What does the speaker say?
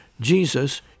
Jesus